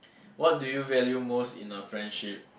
what do you value most in her friendship